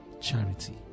charity